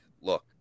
look